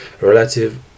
relative